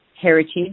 heritage